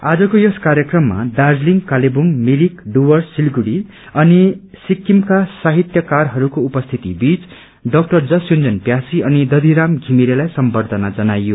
आजको यस कार्यक्रममा दार्जीलिङ कलेबुङ मिरिक डुवर्स सिलगढ़ी औ सिक्किमका साहित्यक्राहरूको उपस्थिति बीच डा यस योन्जन प्यासी अनि दविराम विमिरेलाई सम्बर्द्धना जनाइयो